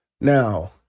Now